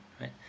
right